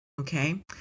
Okay